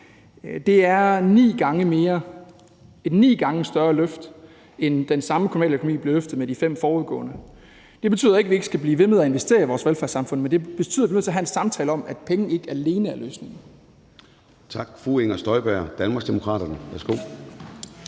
Det er et ni gange større løft, end den samme kommunale økonomi blev løftet med med de fem forudgående aftaler. Det betyder ikke, at vi ikke skal blive ved med at investere i vores velfærdssamfund, men det betyder, at vi bliver nødt til at have en samtale om, at penge alene ikke er løsningen.